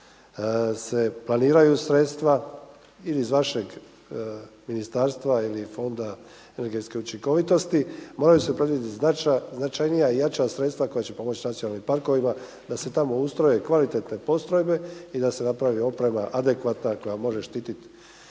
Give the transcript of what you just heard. se planiraju sredstva i iz vašeg ministarstva ili Fonda energetske učinkovitosti, moraju se …/Govornik se ne razumije./… i jača sredstva koja će pomoći nacionalnim parkovima da se tamo ustroje kvalitetne postrojbe i da se napravi oprema adekvatna koja može štititi,